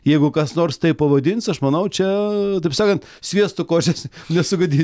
jeigu kas nors taip pavadins aš manau čia taip sakant sviestu košės nesugadi